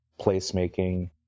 placemaking